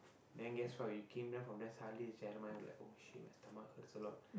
then guess what we came down from Jeremiah oh shit my stomach hurts a lot